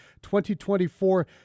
2024